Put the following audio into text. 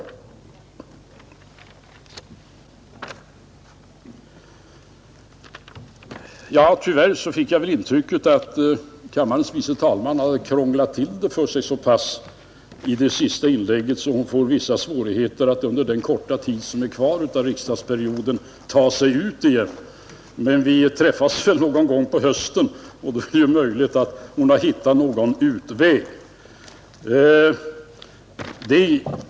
Tyvärr fick jag intrycket att kammarens andre vice talman hade krånglat till det för sig så pass i sitt senaste inlägg att hon får vissa svårigheter att under den korta tid som är kvar av riksdagssessionen ta sig ut igen. Men vi träffas väl någon gång på hösten, och det är ju möjligt att hon har funnit någon utväg till dess.